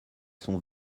sont